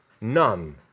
None